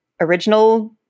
original